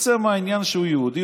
מעצם העניין שהוא יהודי,